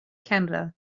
canada